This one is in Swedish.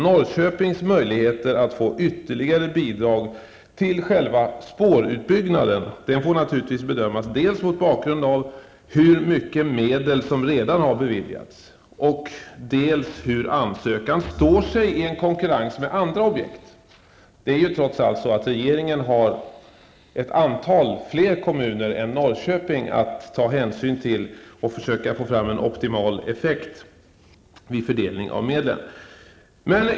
Norrköpings möjligheter att få ytterligare bidrag till själva spårutbyggnaden får naturligtvis bedömas mot bakgrund av dels hur mycket medel som redan har beviljats, dels hur ansökan står sig i konkurrens med andra objekt. Regeringen har trots allt inte bara Norrköpings kommun utan också flera andra kommuner att ta hänsyn till. Det gäller ju att försöka få optimal effekt vid fördelningen av medel.